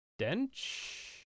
Dench